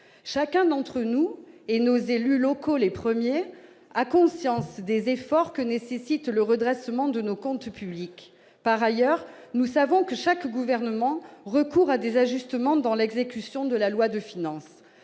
Chacun d'entre nous- nos élus locaux les premiers -a conscience des efforts que nécessite le redressement de nos comptes publics. Par ailleurs, nous savons que chaque gouvernement recourt à des ajustements dans l'exécution de la loi de finances.